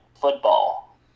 football